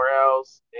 else